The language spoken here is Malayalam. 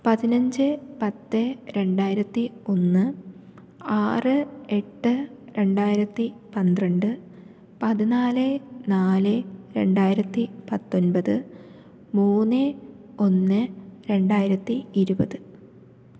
പതിനഞ്ച് പത്ത് രണ്ടായിരത്തി ഒന്ന് ആറ് എട്ട് രണ്ടായിരത്തി പന്ത്രണ്ട് പതിനാല് നാല് രണ്ടായിരത്തി പത്തൊൻപത് മൂന്ന് ഒന്ന് രണ്ടായിരത്തി ഇരുപത്